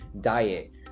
diet